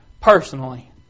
personally